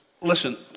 listen